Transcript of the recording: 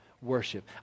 worship